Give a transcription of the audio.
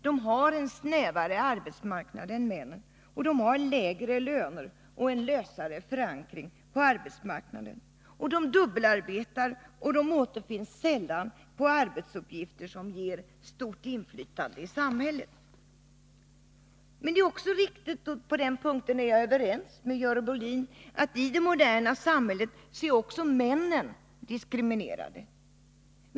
De har en snävare arbetsmarknad än männen, lägre löner och en lösare förankring på arbetsmarknaden. De dubbelarbetar och återfinns sällan med arbetsuppgifter som ger stort inflytande i samhället. Men det är också viktigt — på den punkten är jag överens med Görel Bohlin —att i det moderna samhället är även männen diskriminerade.